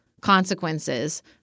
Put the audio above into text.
consequences